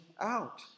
out